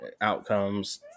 outcomes